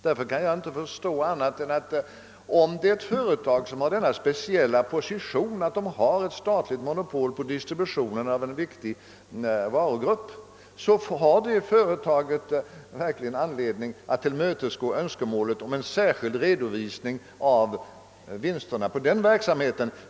Därför kan jag inte förstå annat än att om det är ett företag, som har denna speciella position som ett statligt monopol på distributionen av en viktig varugrupp, har det företaget verkligen anledning att tillmötesgå önskemålet om en särskild redovisning av vinsten på just den verksamheten.